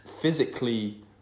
physically